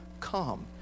come